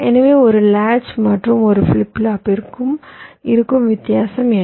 எனவே ஒரு லாட்ச் மற்றும் ஒரு ஃபிளிப் ஃப்ளாப்பிற்கும் இருக்கும் வித்தியாசம் என்ன